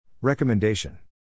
Recommendation